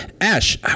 ash